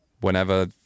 whenever